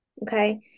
Okay